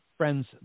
Friends